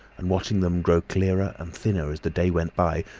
and watching them grow clearer and thinner as the day went by,